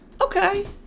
Okay